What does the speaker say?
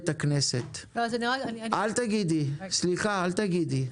אני רק אגיד --- אל תגידי, סליחה, אל תגידי.